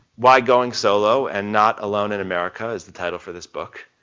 why going solo and not alone in america is the title for this book.